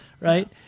right